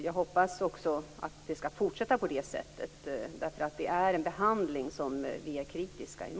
Jag hoppas också att det skall fortsätta på det sättet. Vi är kritiska mot behandlingen.